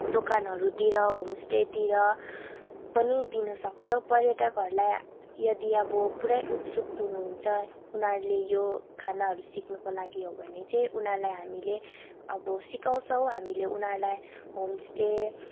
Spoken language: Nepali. दोकानहरूतिर होमस्टेतिर पनि दिन सक्छ पर्यटकहरूलाई यदि अब पुरै उत्सुक हुनुहुन्छ उनीहरूले यो खानाहरू सिक्नुको लागि हो भने चाहिँ उनीहरूलाई हामीले अब सिकाउँछौँ हामीले उनीहरूलाई होमस्टे